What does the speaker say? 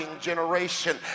generation